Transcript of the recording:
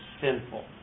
sinful